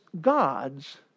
gods